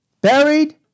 buried